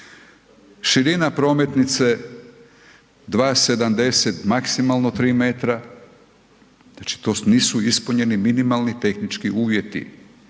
Širina prometnica 2,70, maksimalno 3 metra, znači tu nisu ispunjeni minimalni tehnički uvjeti.